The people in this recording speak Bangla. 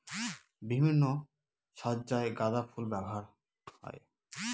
বিভিন্ন সজ্জায় গাঁদা ফুল ব্যবহার হয়